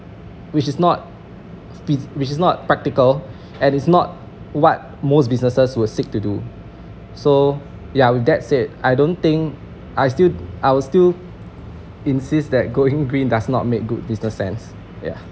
which is not feas~ which is not practical and is not what most businesses would stick to do so ya with that said I don't think I'd I would still insist that going green does not make good business sense ya